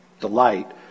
delight